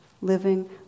living